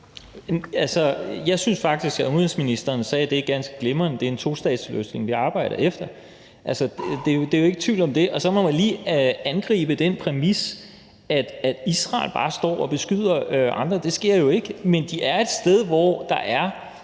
jeg synes faktisk, at udenrigsministeren sagde det ganske glimrende, nemlig at det er en tostatsløsning, vi arbejder efter, det er der jo ingen tvivl om. Og så må man lige angribe den præmis, at Israel bare står og beskyder andre, for det sker jo ikke, men de er et sted, hvor der er,